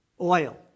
Oil